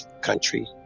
country